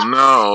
no